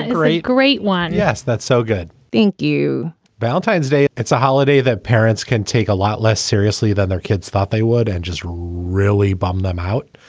and great great one. yes. that's so good. thank you valentine's day, it's a holiday that parents can take a lot less seriously than their kids thought they would and just really bummed them out.